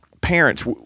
parents